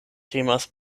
temas